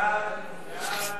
כהצעת